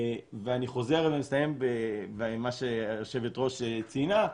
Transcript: אני חוזר ומסיים במה שהיושבת-ראש ציינה,